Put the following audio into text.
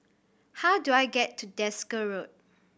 how do I get to Desker Road